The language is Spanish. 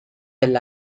del